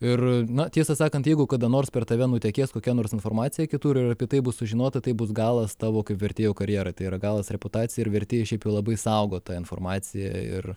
ir na tiesą sakant jeigu kada nors per tave nutekės kokia nors informacija kitur ir apie tai bus sužinota tai bus galas tavo kaip vertėjo karjerai tai yra galas reputacijai ir vertėjai šiaip jau labai saugo tą informaciją ir